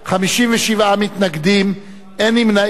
57 מתנגדים, אין נמנעים.